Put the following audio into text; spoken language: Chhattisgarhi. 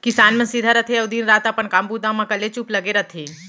किसान मन सीधा रथें अउ दिन रात अपन काम बूता म कलेचुप लगे रथें